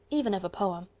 even of a poem.